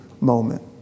moment